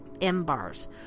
M-bars